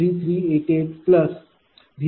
5454 0